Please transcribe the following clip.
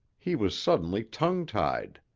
he was suddenly tongue-tied.